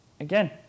again